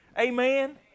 Amen